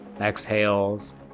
exhales